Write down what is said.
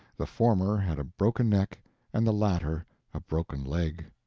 the former had a broken neck and the latter a broken leg.